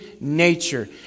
nature